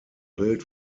built